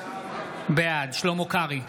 בעד שלמה קרעי,